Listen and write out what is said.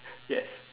yes